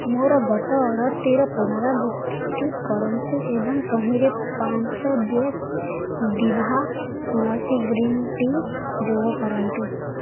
ମୋର ଗତ ଅର୍ଡ଼ର୍ଟିର ପୁନରାବୃତ୍ତିଟି କରନ୍ତୁ ଏବଂ ତହିଁରେ ପାଞ୍ଚ ବ୍ୟାଗ୍ ଦିଭା ତୁଳସୀ ଗ୍ରୀନ୍ ଟି ଯୋଗ କରନ୍ତୁ